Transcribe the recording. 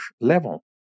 level